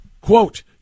Quote